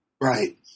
Right